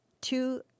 two